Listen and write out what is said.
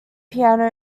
piano